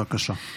בבקשה.